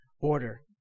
order